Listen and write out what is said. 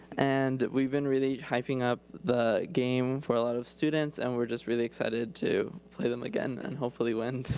and we've been really hyping up the game for a lot of students and we're just really excited to play them again. and hopefully we'll